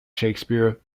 shakespeare